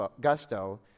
gusto